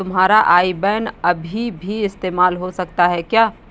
तुम्हारा IBAN अभी भी इस्तेमाल हो सकता है क्या?